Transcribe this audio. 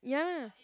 ya lah